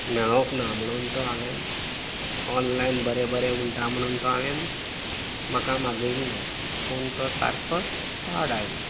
मेळोक ना म्हणून तो हांवेन ऑनलायन बरें बरें म्हणटा म्हणून तो हांवेन म्हाका मागयल्लो पूण तो सारकोच पाड आयलो